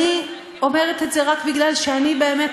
אני אומרת את זה רק כי אני באמת,